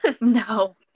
No